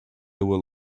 will